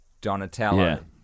Donatello